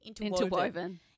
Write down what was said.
Interwoven